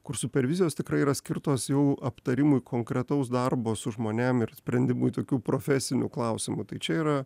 kur supervizijos tikrai yra skirtos jau aptarimui konkretaus darbo su žmonėm ir sprendimui tokių profesinių klausimų tai čia yra